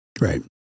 Right